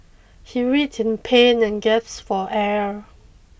he writhed in pain and gasped for air